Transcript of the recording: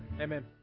Amen